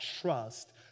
trust